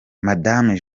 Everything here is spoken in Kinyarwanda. madame